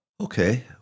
Okay